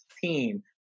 team